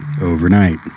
overnight